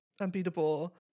unbeatable